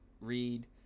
read